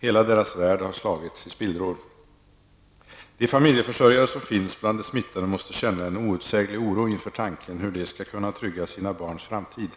Hela världen för dessa människor har slagits i spillror. De familjeförsörjare som finns bland de smittade måste känna en outsäglig oro inför tanken på de skall kunna trygga sina barns framtid.